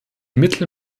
mittel